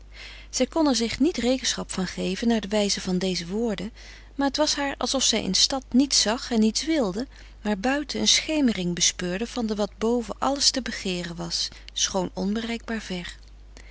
kon er zich niet rekenschap van geven naar de wijze van deze woorden maar het was haar alsof zij in stad niets zag en niets wilde maar buiten een schemering bespeurde van dat wat boven alles te begeeren was schoon onbereikbaar ver